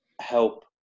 help